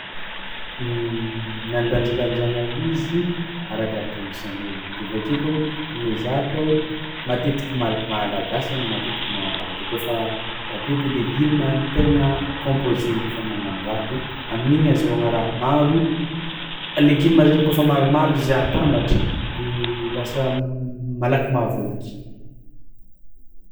Ny andanjalanjagna izy arakaraka isan'ôlogno de avy ake koa a miezaha koa o matetiky mal- malagasy zany matetiky magnano raha tô kaofa rahabe de legioma an-tegna kômpôze kaofa magnano raha de amin'igny azahoagna raha maro, legioma zany kaofa maromaro izy atambatra de lasa m- malaky mahavôky.